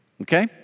okay